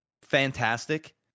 fantastic